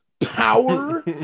power